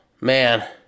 Man